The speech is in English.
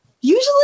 Usually